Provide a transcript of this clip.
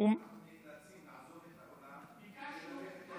זה לא